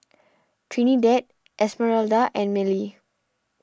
Trinidad Esmeralda and Mellie